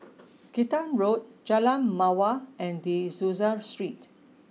Kinta Road Jalan Mawar and De Souza Street